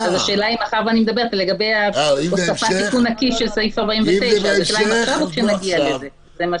השאלה אם אפשר להעלות אותו עכשיו או כשנגיע לזה.